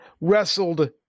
wrestled